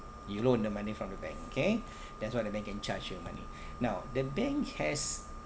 you loan the money from the bank okay that's why the bank can charge your money now the bank has